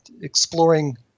exploring